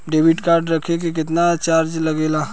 Debit card रखे के केतना चार्ज लगेला?